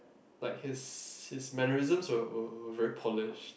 like his his mannerisms were were were very polished